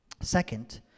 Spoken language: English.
Second